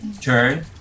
Turn